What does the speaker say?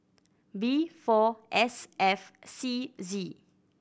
B four S F C Z